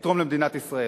לתרום למדינת ישראל.